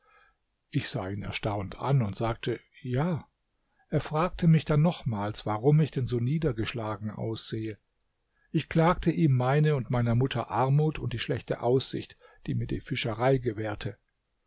ich sah ihn erstaunt an und sagte ja er fragte mich dann nochmals warum ich denn so niedergeschlagen aussehe ich klagte ihm meine und meiner mutter armut und die schlechte aussicht die mir die fischerei gewährte